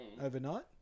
overnight